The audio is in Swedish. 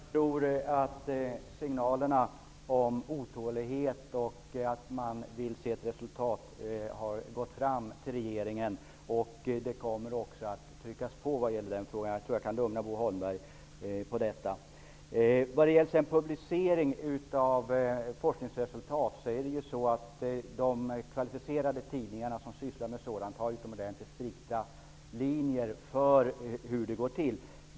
Herr talman! Jag tror att signalerna om otålighet och att man vill ha ett resultat har gått fram till regeringen. Jag tror att jag kan lova Bo Holmberg att det också kommer att tryckas på på den punkten. Vad sedan gäller publicering av forskningsresultat har de kvalificerade tidningar som sysslar med detta utomordentligt strikta riktlinjer för hur detta skall gå till.